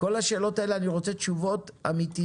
על כל השאלות הללו אני רוצה תשובות אמתיות,